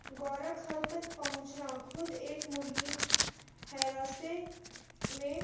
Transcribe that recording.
Gorakh hill تک پہنچنا خود ایک مہم ہے راستے میں